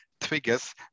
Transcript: triggers